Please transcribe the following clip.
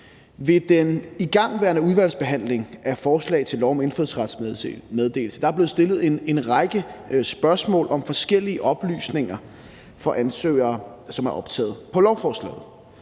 Ved den igangværende udvalgsbehandling af forslag til lov om indfødsretsmeddelelse blev der stillet en række spørgsmål om forskellige oplysninger om ansøgere, som er optaget på lovforslaget.